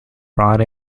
brought